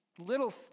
little